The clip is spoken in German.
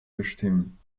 bestimmen